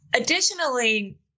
additionally